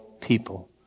people